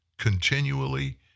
continually